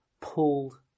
pulled